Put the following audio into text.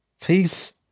peace